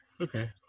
Okay